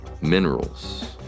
minerals